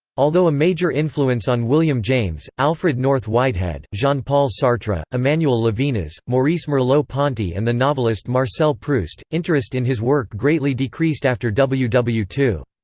although a major influence on william james, alfred north whitehead, jean-paul sartre, emmanuel levinas, maurice merleau-ponty and the novelist marcel proust, interest in his work greatly decreased after w w two.